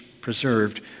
preserved